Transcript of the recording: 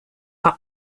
are